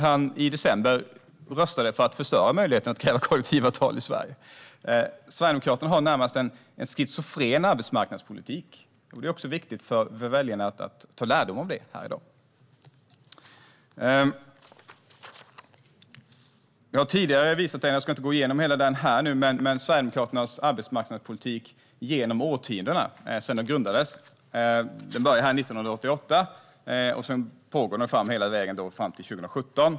Men i december röstade han för att förstöra möjligheterna att kräva kollektivavtal i Sverige. Sverigedemokraterna har en närmast schizofren arbetsmarknadspolitik. Det är viktigt att väljarna får lärdom om det här i dag. Jag har tidigare visat en sammanställning av Sverigedemokraternas arbetsmarknadspolitik genom årtiondena, sedan partiet grundades. Jag ska inte gå igenom hela den nu. Den börjar 1988 och går hela vägen fram till 2017.